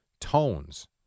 Tones